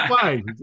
fine